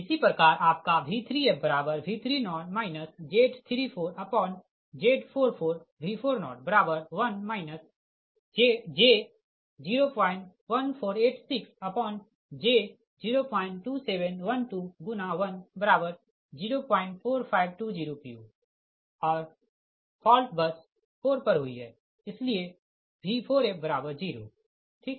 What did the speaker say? इसी प्रकार आपका V3fV30 Z34Z44V4010 j01486j02712×1004520 pu और फॉल्ट बस 4 पर हुई है इसलिए V4f00 ठीक